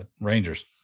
Rangers